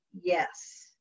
yes